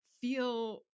feel